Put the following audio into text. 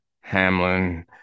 Hamlin